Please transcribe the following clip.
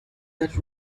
that